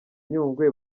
nyungwe